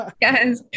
yes